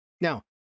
Now